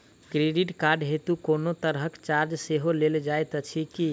Credit card हेतु कोनो तरहक चार्ज सेहो लेल जाइत अछि की?